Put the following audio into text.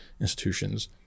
institutions